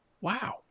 Wow